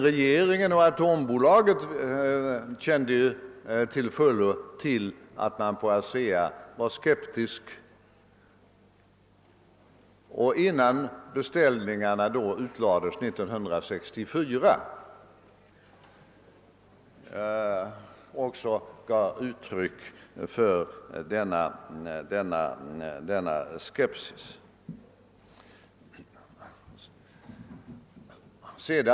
Regeringen och Atombolaget visste däremot till fullo att man på ASEA var skeptisk och innan beställningarna utlades 1964 också gav uttryck för denna skepsis.